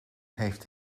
heeft